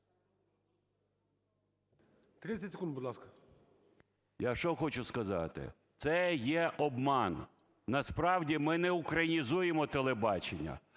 30 секунд, будь ласка. ЛЕСЮК Я.В. Я що хочу сказати – це є обман. Насправді, ми не українізуємо телебачення.